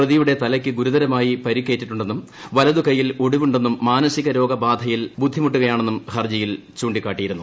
പ്രതിയുടെ തലയ്ക്ക് ഗുരുതരമായി പരിക്കേറ്റിട്ടുണ്ടെന്നും വലതു കൈയ്യിൽ ഒടിവുണ്ടെന്നും മാനസിക രോഗബാധയിൽ ബുദ്ധിമുട്ടുകയാണെന്നും ഹർജിയിൽ ചൂണ്ടിക്കാട്ടിയിരുന്നു